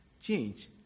change